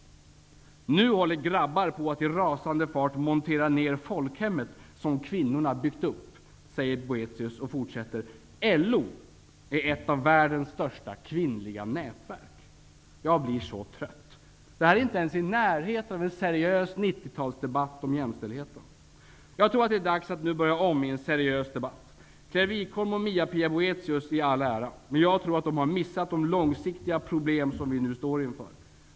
''Nu håller grabbar på att i rasande fart montera ner folkhemmet som kvinnorna byggt upp'', säger Boethius och fortsätter: ''LO är ett av världens största kvinnliga nätverk.'' Jag blir så trött. Detta är inte ens i närheten av en seriös 90-talsdebatt om jämställdheten. Jag tror att det är dags att nu börja om med en seriös debatt. Claire Wikholm och Mia-Pia Boethius i all ära, men jag tror de har missat de långsiktiga problem vi nu står inför.